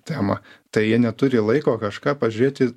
temą tai jie neturi laiko kažką pažiūrėti